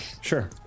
sure